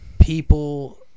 people